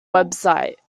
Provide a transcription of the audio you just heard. website